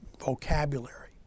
vocabulary